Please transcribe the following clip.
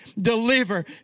deliver